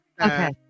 Okay